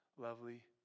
lovely